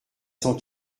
cent